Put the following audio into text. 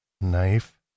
knife